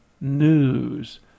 news